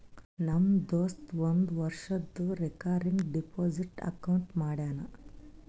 ನಮ್ ದೋಸ್ತ ಒಂದ್ ವರ್ಷದು ರೇಕರಿಂಗ್ ಡೆಪೋಸಿಟ್ ಅಕೌಂಟ್ ಮಾಡ್ಯಾನ